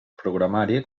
programari